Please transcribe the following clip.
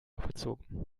abgezogen